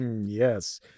Yes